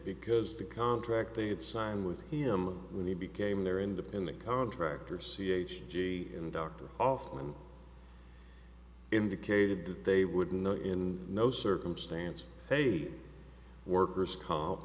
because the contract they had signed with him when he became their independent contractor c a g and dr often indicated that they would know in no circumstance worker's comp